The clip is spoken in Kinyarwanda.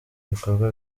ibikorwa